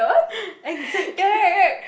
exactly